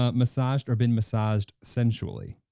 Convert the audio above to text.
ah massaged or been massaged sensually.